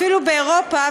אפילו באירופה,